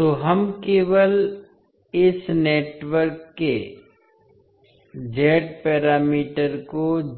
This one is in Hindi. तो हम केवल इस प्रकार के नेटवर्क के Z पैरामीटर को